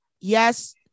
yes